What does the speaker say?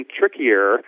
trickier